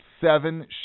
seven